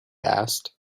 asked